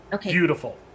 beautiful